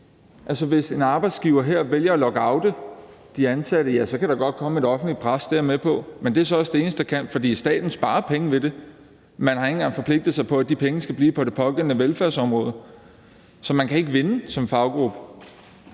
Hvis en arbejdsgiver her vælger at lockoute de ansatte, så kan der godt komme et offentligt pres – det er jeg med på – men det er så også det eneste, der kan ske, for staten sparer penge ved det. Man har ikke engang forpligtet sig til, at de penge skal blive på det pågældende velfærdsområde. Så man kan ikke vinde som faggruppe.